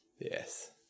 Yes